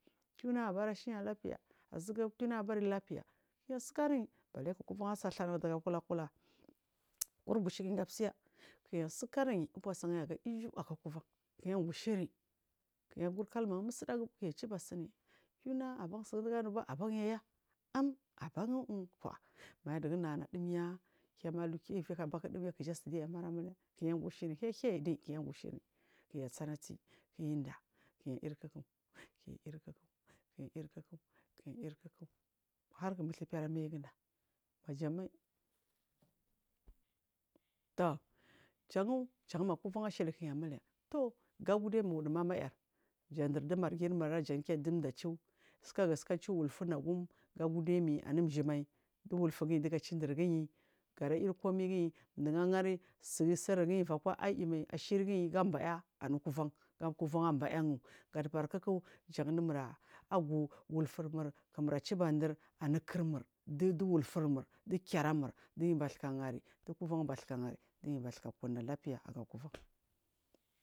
Kina abarshiya labfaiya azugu kina abari labfaiya kiya sikariyi baleki kuvan ase dhanan daga kula kala gurbuciinda seya kiya sikaryi fusa gayi aga iju aga kuvan kiyagushe nyi kiya gur kalmar musudagu kiyaciba siryi kina aban sundiganuba abanyaya aban kwa ma ndigu nalladumya kema ilu kii evikbaku kigisunyamarmula kin ya gushiyi hey hey diyi kiyan gushinyi kiya sana sli kiyandaa kinya irkik kinya irkik kinya irkik kinya irkik harki musufe armaigunda jan jan ma kuvan ashili kiya muliya. Gagudemi wudu mama ar jadir di margirmura jandijachu sakga saka chu wulfu unagum gagud mi anunjimai di wufugiyi diga chi dirgiyi gara irkomaigiyi duu agari sun siriginyi evakwa aima ashirgiyi ganbaya anukuvan jandu mura agu wulfur mul kin uraciban dir anukirmur dumulfurmur dukyaramur duyubasula hari dukuvan basula gari duyubasu kakunna labfaiya aga kullana.